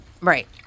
Right